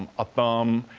a thumb,